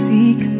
Seek